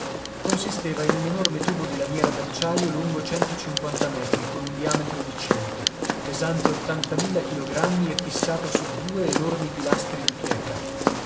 consisteva in un enorme tubo di lamiera d'acciaio lungo centocinquanta metri con un diametro di cinque pesante ottantamila chilogrammi e fissato su due enormi pilastri di pietra